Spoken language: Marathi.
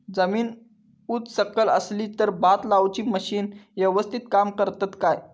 जमीन उच सकल असली तर भात लाऊची मशीना यवस्तीत काम करतत काय?